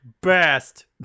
best